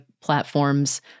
platforms